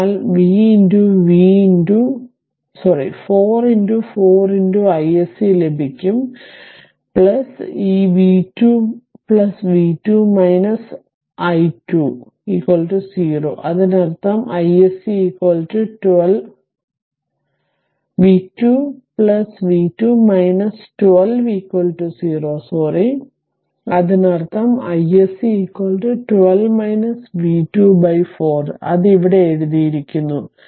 അതിനാൽ 4 4 iSC ലഭിക്കും ഈ v 2 v 2 12 0 അതിനർത്ഥം iSC 12 v 2 4 അത് ഇവിടെ എഴുതിയിരിക്കുന്നു